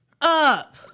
up